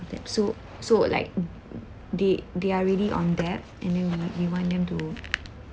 that so so like they they are really on debt and then we we want them to